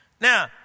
Now